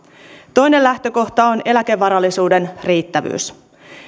toinen lähtökohta on eläkevarallisuuden riittävyys